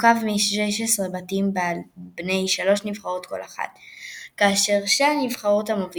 בתים של 4 נבחרות – 76 משחקים 40 נבחרות